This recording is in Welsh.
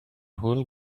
hwyl